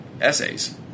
essays